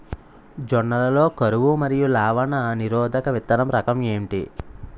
జొన్న లలో కరువు మరియు లవణ నిరోధక విత్తన రకం ఏంటి?